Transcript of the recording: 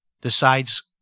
decides